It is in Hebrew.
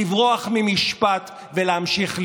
לברוח ממשפט ולהמשיך לשלוט.